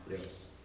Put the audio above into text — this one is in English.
Yes